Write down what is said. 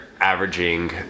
averaging